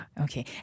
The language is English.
okay